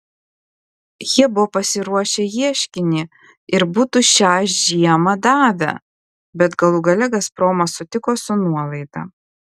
jie buvo pasiruošę ieškinį ir būtų šią žiemą davę bet galų gale gazpromas sutiko su nuolaida